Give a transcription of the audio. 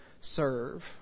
serve